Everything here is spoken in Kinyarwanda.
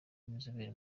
b’inzobere